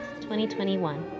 2021